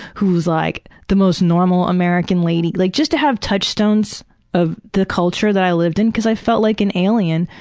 who's like the most normal, american lady like just to have touchstones of the culture that i lived in. cause i felt like an alien.